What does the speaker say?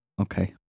Okay